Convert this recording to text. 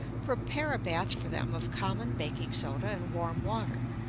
prepare a bath for them of common baking soda and warm water,